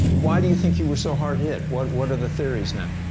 why do you think you were so hard-hit? what, what are the theories now?